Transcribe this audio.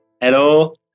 Hello